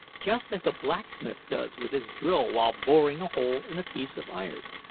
just as a blacksmith does with his drill while boring a hole in a piece of iron.